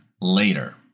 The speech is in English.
later